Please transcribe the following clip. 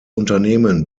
unternehmen